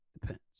Depends